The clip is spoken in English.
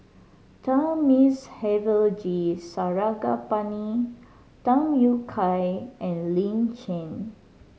Thamizhavel G Sarangapani Tham Yui Kai and Lin Chen